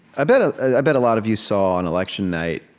i bet ah i bet a lot of you saw on election night,